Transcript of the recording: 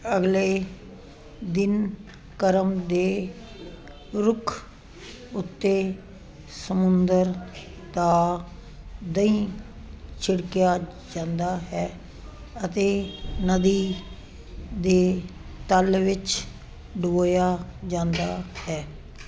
ਅਗਲੇ ਦਿਨ ਕਰਮ ਦੇ ਰੁੱਖ ਉੱਤੇ ਸਮੁੰਦਰ ਦਾ ਦਹੀਂ ਛਿੜਕਿਆ ਜਾਂਦਾ ਹੈ ਅਤੇ ਨਦੀ ਦੇ ਤਲ ਵਿੱਚ ਡੁਬੋਇਆ ਜਾਂਦਾ ਹੈ